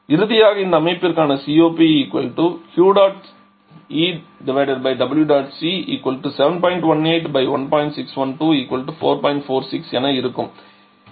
இறுதியாக இந்த அமைப்பிற்கான COP என இருக்கும்